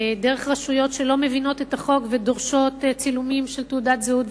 דרך רשויות שלא מבינות את החוק ודורשות צילומים של תעודת זהות,